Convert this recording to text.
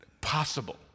possible